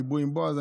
דיברו עם בועז,